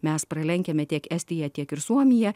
mes pralenkiame tiek estiją tiek ir suomiją